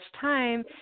time